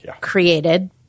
created